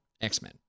X-Men